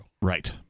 Right